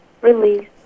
Release